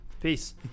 Peace